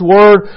Word